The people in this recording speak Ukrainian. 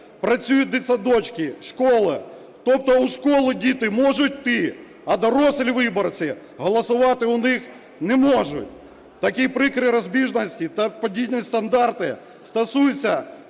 працюють дитсадочки, школи. Тобто в школу діти можуть йти, а дорослі виборці голосувати в них не можуть. Такі прикрі розбіжності та подвійні стандарти стосуються